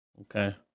Okay